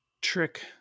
trick